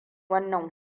wannan